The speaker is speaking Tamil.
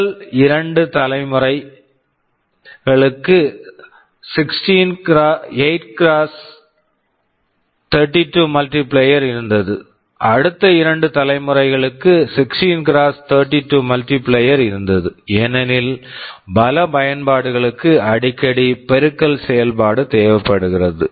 முதல் இரண்டு தலைமுறைகளில் 8 x 32 மல்டிபிளையர் multiplier இருந்தது அடுத்த இரண்டு தலைமுறைகளுக்கு 16 x 32 மல்டிபிளையர் multiplier இருந்தது ஏனெனில் பல பயன்பாடுகளுக்கு அடிக்கடி பெருக்கல் செயல்பாடு தேவைப்படுகிறது